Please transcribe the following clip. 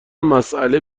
مسئله